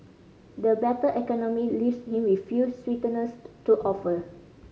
the battered economy leaves him with few sweeteners to offer